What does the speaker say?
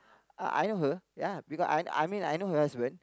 uh I know her ya because I I mean I know her husband